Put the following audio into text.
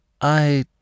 I